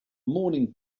morning